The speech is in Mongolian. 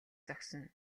зогсоно